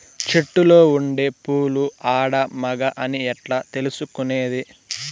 చెట్టులో ఉండే పూలు ఆడ, మగ అని ఎట్లా తెలుసుకునేది?